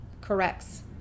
corrects